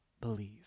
believe